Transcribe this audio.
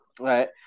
Right